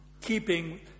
keeping